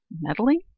meddling